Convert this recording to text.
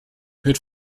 hört